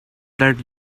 that